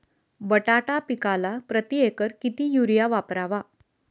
बटाटा पिकाला प्रती एकर किती युरिया वापरावा?